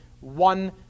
one